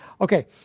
Okay